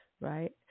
right